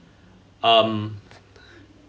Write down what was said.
um